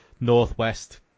northwest